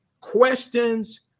questions